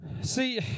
See